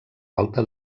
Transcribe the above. alta